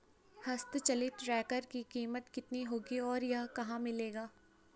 हस्त चलित ट्रैक्टर की कीमत कितनी होगी और यह कहाँ मिलेगा?